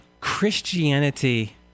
Christianity